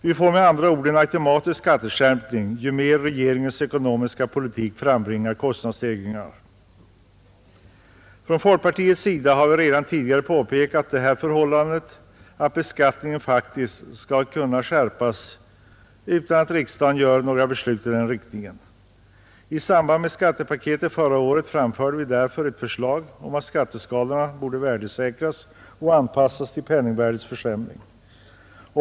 Vi får med andra ord en automatisk skatteskärpning ju mer regeringens ekonomiska politik frambringar kostnadsstegringar. Från folkpartiets sida har vi redan tidigare påpekat förhållandet att beskattningen faktiskt skärps utan att riksdagen fattar några beslut i den riktningen. I samband med skattepaketet förra året framförde vi därför ett förslag om att skatteskalorna borde värdesäkras och anpassas till penningvärdets försämring.